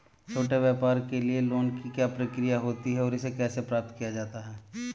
छोटे व्यापार के लिए लोंन की क्या प्रक्रिया होती है और इसे कैसे प्राप्त किया जाता है?